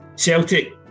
Celtic